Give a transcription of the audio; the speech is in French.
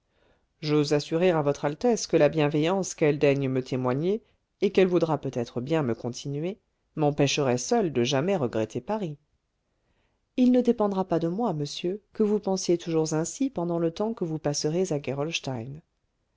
j'ose assurer à votre altesse que la bienveillance qu'elle daigne me témoigner et qu'elle voudra peut-être bien me continuer m'empêcherait seule de jamais regretter paris il ne dépendra pas de moi monsieur que vous pensiez toujours ainsi pendant le temps que vous passerez à